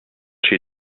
she